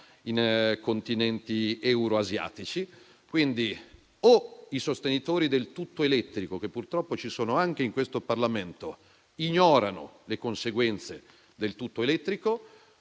in Continenti euroasiatici. Quindi, o i sostenitori del "tutto elettrico", che, purtroppo ci sono anche in questo Parlamento, ignorano le conseguenze del tutto elettrico,